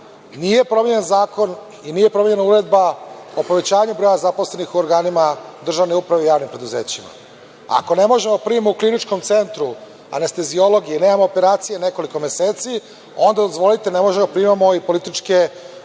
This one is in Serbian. nije promenjen zakon i nije promenjena Uredba o povećanju broja zaposlenih u organima državne uprave i javnim preduzećima. Ako ne možemo da primimo u Kliničkom centru anesteziologa, nemamo operacije nekoliko meseci, onda dozvolite, ne možemo da primamo ni političke